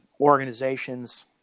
organizations